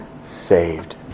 saved